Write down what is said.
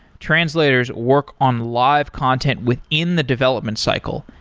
translators work on live content within the development cycle,